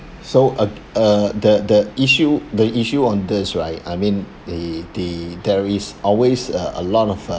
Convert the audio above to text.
so uh uh the the issue the issue on this right I mean the the there is always uh a lot of uh